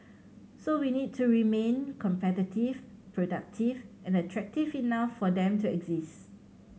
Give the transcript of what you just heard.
so we need to remain competitive productive and attractive enough for them to exist